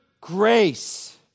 grace